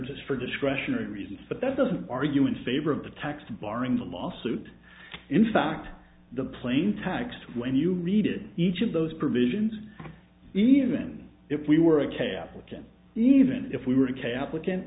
just for discretionary reasons but that doesn't argue in favor of the tax barring the lawsuit in fact the plain text when you read it each of those provisions even if we were a catholic and even if we were catholic and